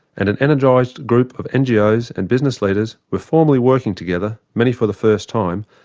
and an energized group of ngos and business leaders were formally working together, many for the first time,